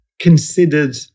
considered